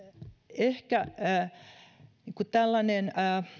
ehkä